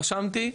רשמתי,